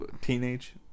Teenage